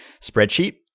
spreadsheet